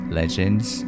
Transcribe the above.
legends